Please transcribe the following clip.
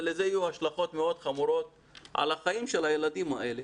ולזה יהיו השלכות מאוד חמורות על החיים של הילדים האלה,